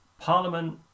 Parliament